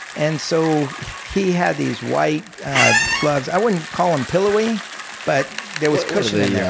and so he had these white gloves, i wouldn't call them pillowy but there was cushion in yeah